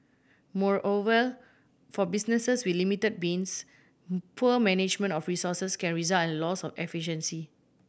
moreover for businesses with limited beans poor management of resources can result in loss of efficiency